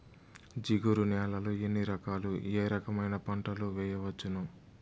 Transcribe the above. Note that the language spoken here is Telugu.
జిగురు నేలలు ఎన్ని రకాలు ఏ రకమైన పంటలు వేయవచ్చును?